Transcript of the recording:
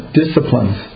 disciplines